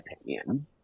opinion